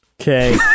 Okay